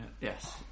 Yes